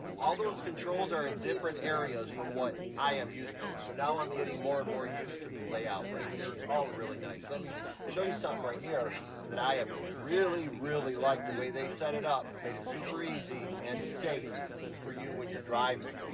all those controls are in different areas from what i am used to, so now i'm getting more and more used to the layout right there. it's all really nice. let me show you something right here that i have really really liked, the way they set it up made it super easy and safe for you when you're driving.